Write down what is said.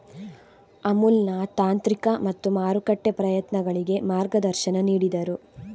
ಅಮುಲ್ನ ತಾಂತ್ರಿಕ ಮತ್ತು ಮಾರುಕಟ್ಟೆ ಪ್ರಯತ್ನಗಳಿಗೆ ಮಾರ್ಗದರ್ಶನ ನೀಡಿದರು